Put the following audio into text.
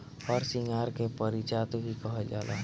हरसिंगार के पारिजात भी कहल जाला